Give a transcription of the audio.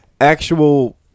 actual